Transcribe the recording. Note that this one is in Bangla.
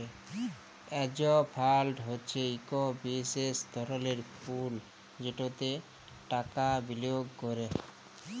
হেজ ফাল্ড হছে ইক বিশেষ ধরলের পুল যেটতে টাকা বিলিয়গ ক্যরে